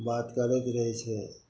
बात करैत रहै छै